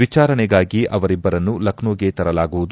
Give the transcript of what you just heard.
ವಿಚಾರಣೆಗಾಗಿ ಅವರಿಬ್ಲರನ್ನು ಲಕ್ನೋಗೆ ತರಲಾಗುವುದು